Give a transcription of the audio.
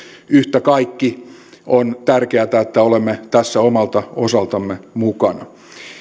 yhtä kaikki on tärkeätä että olemme tässä omalta osaltamme mukana